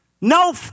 No